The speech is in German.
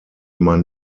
man